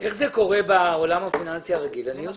איך זה קורה בעולם הפיננסי הרגיל אני יודע.